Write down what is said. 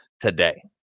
today